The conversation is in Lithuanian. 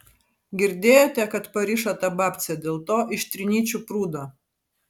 girdėjote kad parišo tą babcę dėl to iš trinyčių prūdo